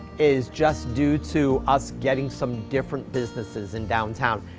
is just due to us getting some different businesses in downtown.